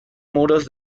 muros